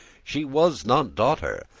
she was not daughter,